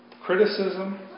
Criticism